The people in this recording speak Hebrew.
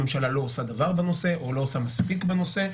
הממשלה לא עושה דבר בנושא או לא עושה מספיק בנושא.